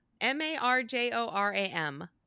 M-A-R-J-O-R-A-M